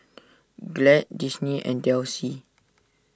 Glade Disney and Delsey